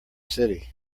city